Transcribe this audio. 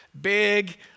big